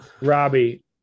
robbie